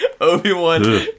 Obi-Wan